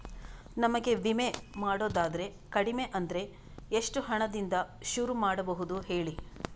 ನಮಗೆ ವಿಮೆ ಮಾಡೋದಾದ್ರೆ ಕಡಿಮೆ ಅಂದ್ರೆ ಎಷ್ಟು ಹಣದಿಂದ ಶುರು ಮಾಡಬಹುದು ಹೇಳಿ